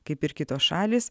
kaip ir kitos šalys